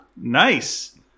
Nice